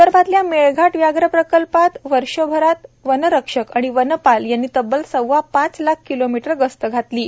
विदर्भातल्या मेळघाट व्याघ्र प्रकल्पात वर्षभरात वनरक्षक आणि वनपाल यांनी तब्बल सव्वा पाच लाख किलोमीटर गस्त घातली आहे